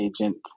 agent